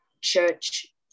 church